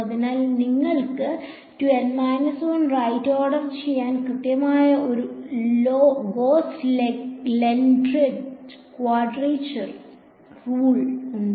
അതിനാൽ നിങ്ങൾക്ക് 2 N 1 right order ചെയ്യാൻ കൃത്യമായ ഒരു Gauss Lengedre ക്വാഡ്രേച്ചർ റൂൾ ഉണ്ട്